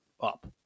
up